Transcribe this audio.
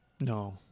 No